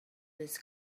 this